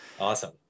Awesome